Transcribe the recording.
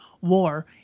war